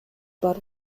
бар